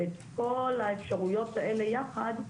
וכל האפשרויות האלה יחד,